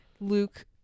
Luke